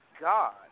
God